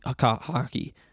hockey